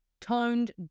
toned